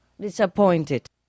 Disappointed